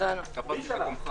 בעד הרוויזיה על הסתייגות מס' 7?